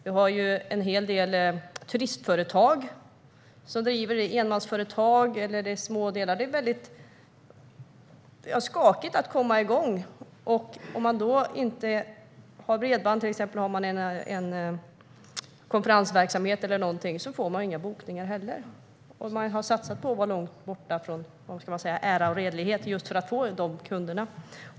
Vi har ju en hel del turistföretag som drivs i form av enmansföretag eller småföretag. Det är väldigt skakigt att komma igång, och om man inte har bredband när man har till exempel en konferensverksamhet får man heller inga bokningar. Man kanske har satsat på att vara långt borta från ära och redlighet, så att säga, just för att få de kunderna.